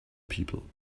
people